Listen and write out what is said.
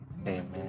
Amen